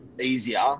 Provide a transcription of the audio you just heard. easier